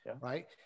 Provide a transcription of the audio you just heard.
right